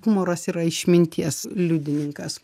humoras yra išminties liudininkas